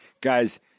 Guys